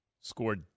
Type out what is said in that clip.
scored